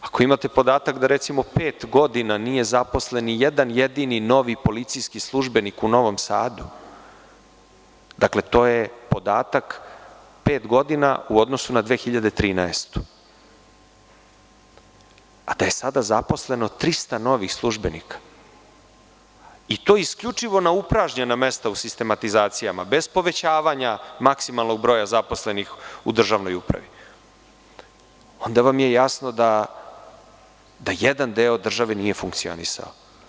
Ako imate podatak da recimo pet godina nije zaposlen ni jedan jedini novi policijski službenik u Novom Sadu, dakle, to je podatak pet godina u odnosu na 2013. godinu, a da je sada zaposleno 300 novih službenika i to isključivo na upražnjena mesta u sistematizacijama, bez povećavanja maksimalnog broja zaposlenih u državnoj upravi, onda vam je jasno da jedan deo države nije funkcionisao.